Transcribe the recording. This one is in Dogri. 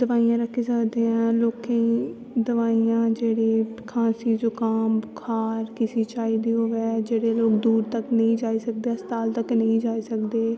दवाईयां रक्खी सकदे ऐं लोकें गी दवाईयां जेह्ड़े खांसी जुकाम खार किसी चाही दी होऐ जेह्ड़े दूर तक नेंई जाई सकदे हस्पताल तक नेंई जाई सकदे